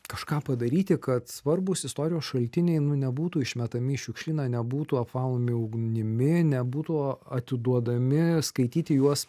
kažką padaryti kad svarbūs istorijos šaltiniai nu nebūtų išmetami į šiukšlyną nebūtų apvalomi ugnimi nebūtų atiduodami skaityti juos